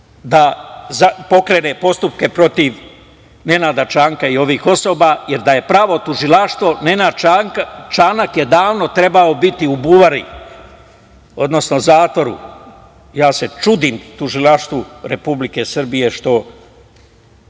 da pokrene postupke protiv Nenada Čanka i ovih osoba, jer da je pravo tužilaštvo Nenad Čanak je davno treba biti u buvari, odnosno zatvoru. Ja se čudim tužilaštvu Republike Srbije što